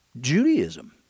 Judaism